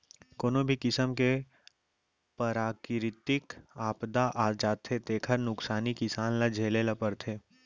कोनो भी किसम के पराकिरितिक आपदा आ जाथे तेखर नुकसानी किसान ल झेले ल परथे